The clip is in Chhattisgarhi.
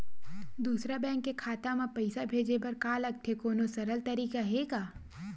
दूसरा बैंक के खाता मा पईसा भेजे बर का लगथे कोनो सरल तरीका हे का?